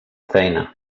feina